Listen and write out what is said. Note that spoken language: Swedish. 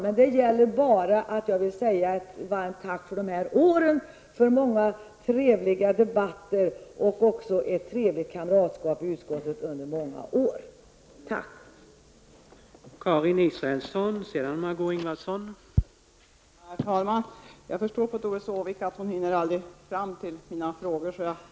Jag vill bara säga tack för dessa år, för många trevliga debatter och också ett trevligt kamratskap i utskottet under många år. Tack!